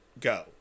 go